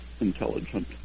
intelligent